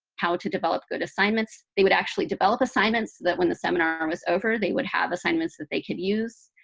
how to develop good assignments. they would actually develop assignments, that when the seminar was over, they would have assignments that they could use.